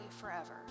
forever